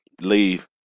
leave